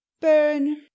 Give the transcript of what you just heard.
burn